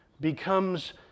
becomes